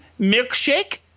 milkshake